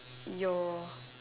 your